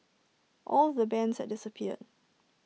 all the bands had disappeared